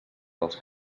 dels